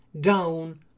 Down